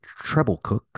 Treblecook